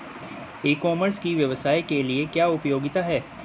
ई commerce की व्यवसाय के लिए क्या उपयोगिता है?